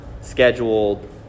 scheduled